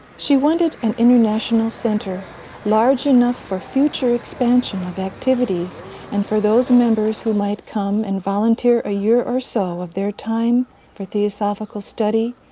she wanted an international center large enough for future expansion of activities and for those members who might come and volunteer a year or so of their time for theosophical study,